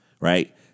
right